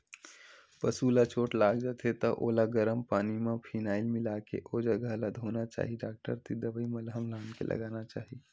पसु ल चोट लाग जाथे त ओला गरम पानी म फिनाईल मिलाके ओ जघा ल धोना चाही डॉक्टर तीर दवई मलहम लानके लगाना चाही